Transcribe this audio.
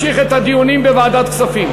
כדי שתוכל להמשיך את הדיונים בוועדת הכספים.